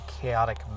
Chaotic